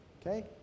okay